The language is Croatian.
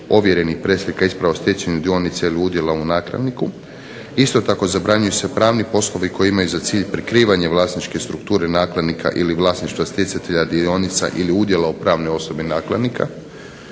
ovjerenih preslika isprava o stjecanju dionica ili udjela u nakladniku. Isto tako, zabranjuju se pravni poslovi koji imaju za cilj prikrivanje vlasničke strukture nakladnika ili vlasništva stjecatelja dionica ili udjela u pravnoj osobi nakladnika.